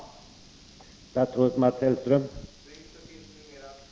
giften för studeran